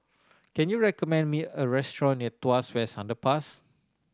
can you recommend me a restaurant near Tuas West Underpass